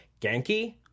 Genki